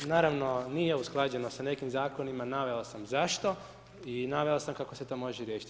Naravno, nije usklađeno sa nekim zakonima, naveo sam zašto i naveo sam kako se to može riješiti.